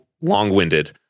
long-winded